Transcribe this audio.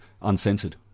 uncensored